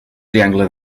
triangle